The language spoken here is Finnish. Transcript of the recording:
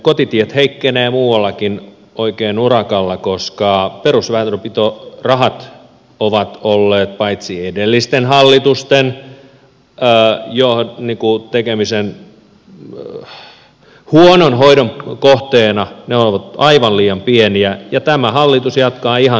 kotitiet heikkenevät muuallakin oikein urakalla koska perusväylänpitorahat ovat olleet jo edellisten hallitusten huonon hoidon kohteena ne ovat olleet aivan liian pieniä ja tämä hallitus jatkaa ihan samaa rataa